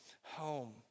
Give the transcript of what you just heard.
home